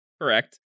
correct